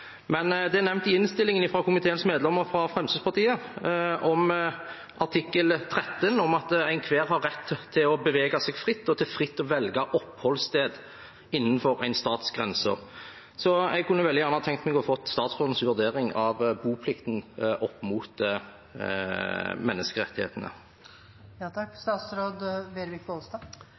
Men i innstillingen er det nevnt av komiteens medlemmer fra Fremskrittspartiet – artikkel 13, om at enhver har rett til å bevege seg fritt og til fritt å velge oppholdssted innenfor en stats grenser. Så jeg kunne veldig gjerne tenkt meg å få statsrådens vurdering av boplikten opp mot